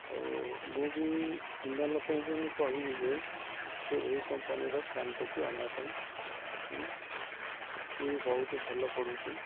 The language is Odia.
ଆଉ ମୁଁ ବି ଅନ୍ୟ ଲୋକ ମ କହିବି ଯେ ସେ ଏ କମ୍ପାନୀର ଫ୍ୟାନ୍ଟିକୁ ଆଣିବା ପାଇଁ ଟ ବହୁତ ଭଲ ପଡ଼ୁଛି